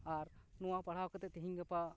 ᱟᱨ ᱱᱚᱶᱟ ᱯᱟᱲᱦᱟᱣ ᱠᱟᱛᱮᱫ ᱛᱤᱦᱤᱧ ᱜᱟᱯᱟ